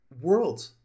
world